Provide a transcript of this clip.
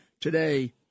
today